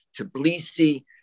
Tbilisi